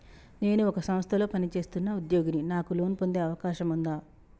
నేను ఒక సంస్థలో పనిచేస్తున్న ఉద్యోగిని నాకు లోను పొందే అవకాశం ఉందా?